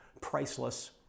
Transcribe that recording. priceless